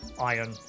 iron